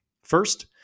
First